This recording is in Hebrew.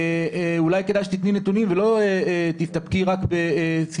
אולי כדאי שתתני נתונים ולא תסתפקי רק בסיסמאות-על